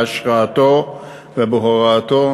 בהשראתו ובהוראתו